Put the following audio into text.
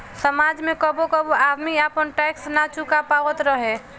समाज में कबो कबो आदमी आपन टैक्स ना चूका पावत रहे